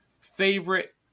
favorite